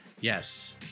Yes